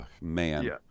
man